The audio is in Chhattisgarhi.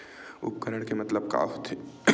उपकरण के मतलब का होथे?